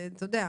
שצריך